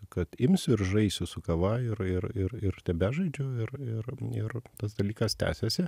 kad imsiu ir žaisiu su kava ir ir ir ir tebežaidžiu ir ir ir tas dalykas tęsiasi